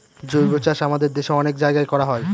জৈবচাষ আমাদের দেশে অনেক জায়গায় করা হয়